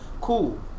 Cool